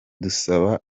dusaba